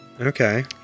Okay